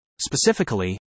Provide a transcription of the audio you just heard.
Specifically